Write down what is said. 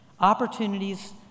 Opportunities